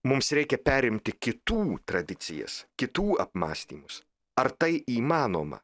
mums reikia perimti kitų tradicijas kitų apmąstymus ar tai įmanoma